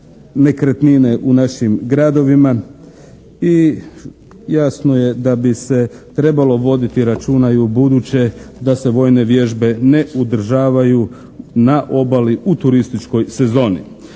nekretnine u našim gradovima i jasno je da bi se trebalo voditi računa i ubuduće da se vojne vježbe ne održavaju na obali u turističkoj sezoni.